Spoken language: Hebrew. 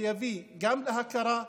שיביא גם להכרה,